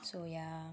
so yeah